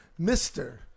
Mr